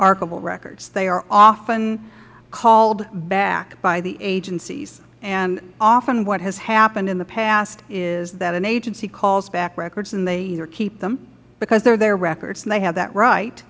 archival records they are often called back by the agencies and often what has happened in the past is that an agency calls back records and they either keep them because they are their records and they have that right